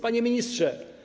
Panie Ministrze!